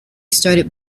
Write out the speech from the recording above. started